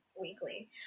weekly